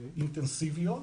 אינטנסיביות